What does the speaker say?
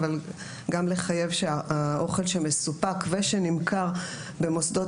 אבל גם לחייב שהאוכל שמסופק ושנמכר במוסדות